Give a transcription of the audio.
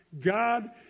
God